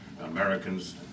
Americans